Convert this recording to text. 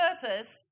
purpose